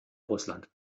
russland